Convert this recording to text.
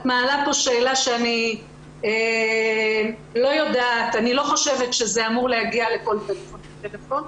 אני לא חושבת שזה אמור להגיע לכל טלפון וטלפון.